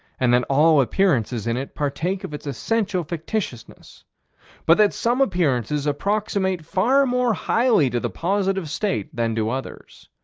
and that all appearances in it partake of its essential fictitiousness but that some appearances approximate far more highly to the positive state than do others.